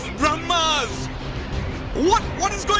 brahmas what, what is going